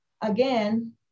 again